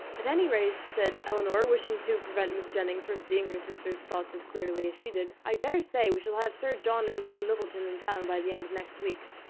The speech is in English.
at any rate, said elinor, wishing to prevent mrs. jennings from seeing her sister's thoughts as clearly as she did, i dare say we shall have sir john and lady middleton in town by the end of next week.